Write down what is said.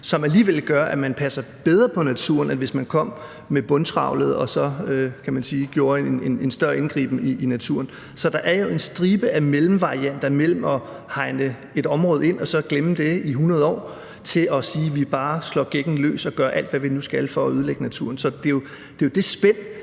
som alligevel gør, at man passer bedre på naturen, end hvis man kom med bundtrawlet og så gjorde en større indgriben i naturen. Så der er jo en stribe af mellemvarianter mellem at hegne et område ind og så glemme det i 100 år til at sige, at vi bare slår gækken løs og gør alt, hvad vi nu skal, for at ødelægge naturen. Så det er jo det spænd,